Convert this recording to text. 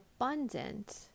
abundant